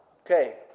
Okay